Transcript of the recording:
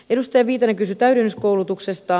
edustaja viitamies kysyi täydennyskoulutuksesta